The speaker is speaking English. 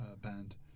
band